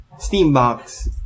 Steambox